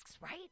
right